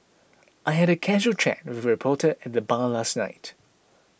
I had a casual chat with a reporter at the bar last night